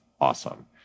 awesome